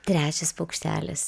trečias paukštelis